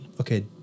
Okay